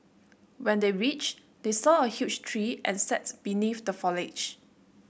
when they reached they saw a huge tree and sat beneath the foliage